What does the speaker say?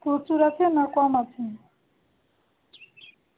cholesterol আছে না কম আছে